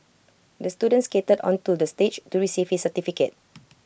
the student skated onto the stage to receive his certificate